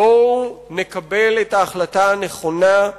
בואו נקבל את ההחלטה הנכונה,